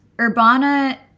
Urbana